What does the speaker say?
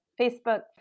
Facebook